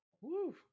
Woo